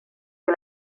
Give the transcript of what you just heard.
che